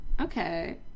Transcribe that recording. Okay